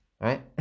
right